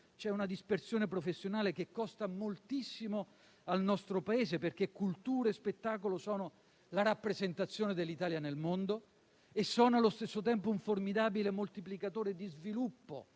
C'è una dispersione professionale che costa moltissimo al nostro Paese, perché cultura e spettacolo sono la rappresentazione dell'Italia nel mondo e sono allo stesso tempo un formidabile moltiplicatore di sviluppo,